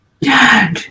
Dad